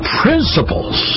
principles